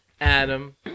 Adam